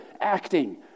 acting